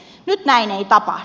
nyt näin ei tapahdu